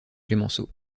clemenceau